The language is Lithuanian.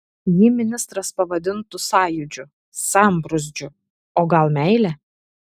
jį ministras pavadintų sąjūdžiu sambrūzdžiu o gal meile